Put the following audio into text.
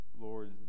Lord